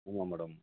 ஆமாம் மேடம்